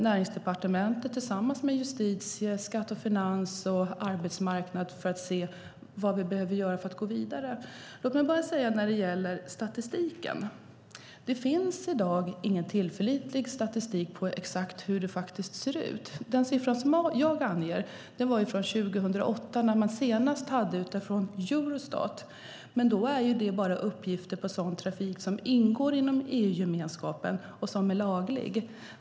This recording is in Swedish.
Näringsdepartementet jobbar tillsammans med justitie-, skatte-, finans och arbetsmarknadsområdet för att se vad vi behöver göra för att gå vidare. Låt mig bara säga något när det gäller statistiken. Det finns i dag ingen tillförlitlig statistik när det gäller exakt hur det ser ut. Den siffra som jag angav var från 2008, utifrån Eurostat. Men det är bara uppgifter på sådan trafik som ingår i EU-gemenskapen och som är laglig.